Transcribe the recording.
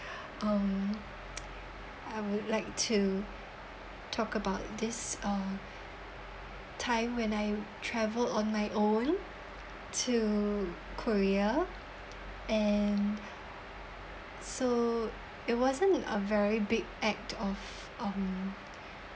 um I would like to talk about this uh time when I travelled on my own to korea and so it wasn't a very big act of um